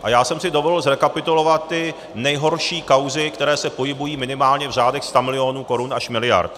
A já jsem si dovolil zrekapitulovat ty nejhorší kauzy, které se pohybují minimálně v řádech stamilionů korun až miliard.